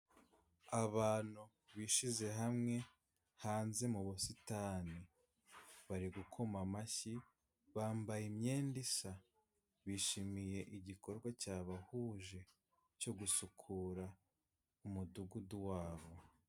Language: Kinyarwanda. Abantu bishyize hamwe hanze mu busitani, bari gukoma amashyi bambaye imyenda isa bishimiye igikorwa cyabahuje cyo gusukura umudugudu wabo.